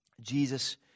Jesus